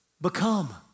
become